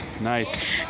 Nice